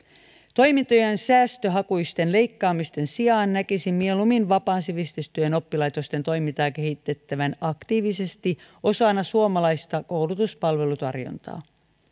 toimintojen säästöhakuisen leikkaamisen sijaan näkisin mieluummin vapaan sivistystyön oppilaitosten toimintaa kehitettävän aktiivisesti osana suomalaista koulutuspalvelutarjontaa